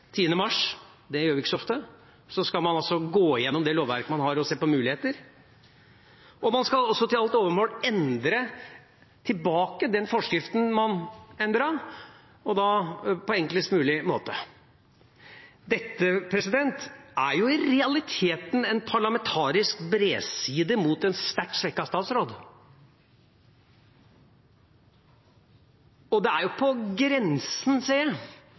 10. mars – det gjør vi ikke så ofte – om at man skal gå igjennom det lovverket man har, og se på muligheter. Og man skal til alt overmål endre tilbake den forskriften man endret, og da på enklest mulig måte. Dette er i realiteten en parlamentarisk bredside mot en sterkt svekket statsråd. Det er på